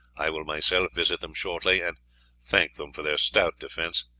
i will myself visit them shortly, and thank them for their stout defence.